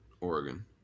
Oregon